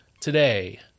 today